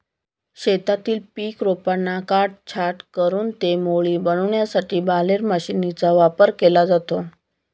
शेतातील पीक रोपांना काटछाट करून ते मोळी बनविण्यासाठी बालेर मशीनचा वापर केला जातो